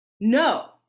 no